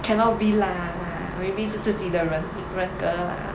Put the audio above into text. cannot be lah maybe 是自己的人 wrecker lah